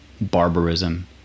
barbarism